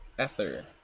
Ether